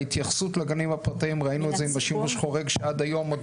בהתייחסות לגנים הפרטים ראינו את זה בצורה חריגה שעד היום עוד